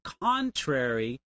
contrary